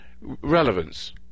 relevance